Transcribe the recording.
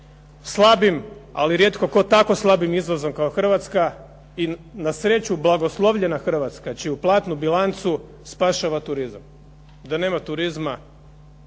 slabim ali rijetko tko tako slabim izvozom kao Hrvatska, i na sreću blagoslovljena Hrvatska čiju platnu bilancu spašava turizam. DA nema turizma,